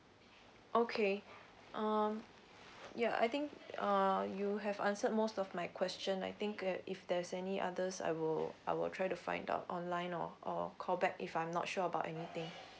okay um ya I think err you have answered most of my question I think uh if there's any others I will I will try to find out online or or call back if I'm not sure about anything